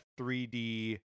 3D